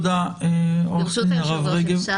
תודה, עורך דין הרב רגב.